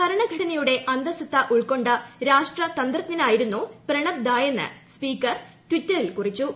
ഭരണഘടന യുടെ അന്തസത്ത ഉൾക്കൊണ്ട രാഷ്ട്രതന്തജ്ഞനായിരുന്നു പ്രണബ് ദായെന്ന് സ്പീക്കർ ട്വിറ്ററിൽ കുറിച്ചു